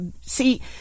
See